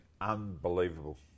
unbelievable